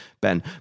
Ben